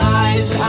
eyes